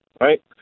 Right